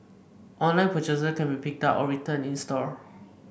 online purchases can be picked up or returned in store